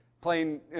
playing